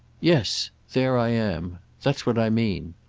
yes there i am. that's what i mean.